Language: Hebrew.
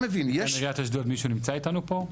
עיריית אשדוד מישהו נמצא איתנו פה?